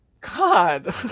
God